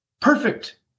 perfect